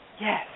Yes